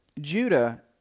Judah